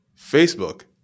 Facebook